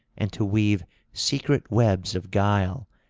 and to weave secret webs of guile,